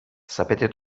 sapete